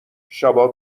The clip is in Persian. شبا